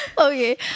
Okay